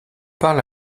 parle